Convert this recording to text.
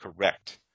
Correct